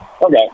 Okay